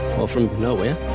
or from nowhere,